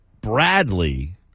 Bradley